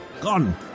Gone